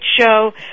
show